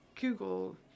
Google